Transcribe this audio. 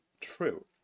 true